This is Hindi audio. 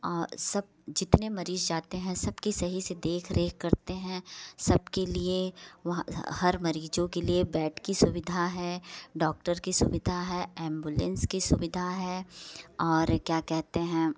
और सब जितने मरीज जाते हैं सबकी सही से देख रेख करते हैं सबके लिए वहाँ हर मरीजों के लिए बैड की सुविधा है डॉक्टर की सुविधा है एम्बुलेंस की सुविधा है और क्या कहते हैं